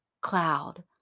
cloud